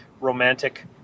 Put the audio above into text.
romantic